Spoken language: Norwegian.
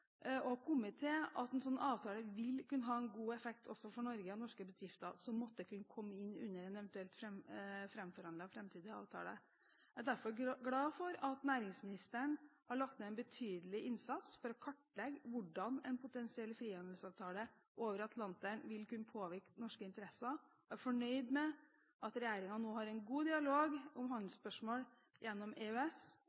og kommet til at en sånn avtale vil kunne ha en god effekt også for Norge og norske bedrifter som måtte komme inn under en framforhandlet, framtidig avtale. Jeg er derfor glad for at næringsministeren har lagt ned en betydelig innsats for å kartlegge hvordan en potensiell frihandelsavtale over Atlanteren vil kunne påvirke norske interesser. Jeg er fornøyd med at regjeringen nå har en god dialog om